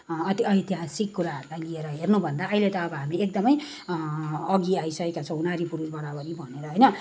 ऐति ऐतिहासिक कुराहरूलाई लिएर हेर्नुभन्दा अहिले त हामी एकदमै अघि आइसकेका छौँ नारी पुरुष बराबरी भनेर होइन